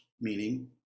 meaning